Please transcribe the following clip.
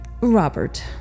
Robert